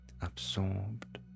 absorbed